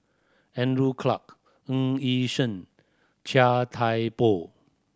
Andrew Clarke Ng Yi Sheng Chia Thye Poh